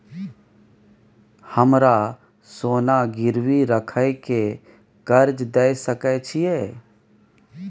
हमरा सोना गिरवी रखय के कर्ज दै सकै छिए?